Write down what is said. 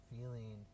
feeling